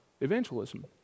evangelism